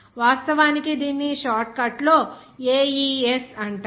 వాస్తవానికి దీనిని short cut లో AES అంటారు